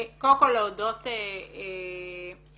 קודם כל להודות לליליאן